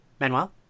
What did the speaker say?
Manuel